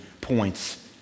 points